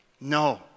No